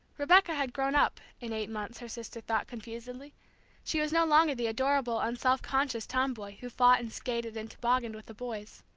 rebecca had grown up, in eight months, her sister thought, confusedly she was no longer the adorable, un-self-conscious tomboy who fought and skated and toboganned with the boys.